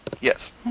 Yes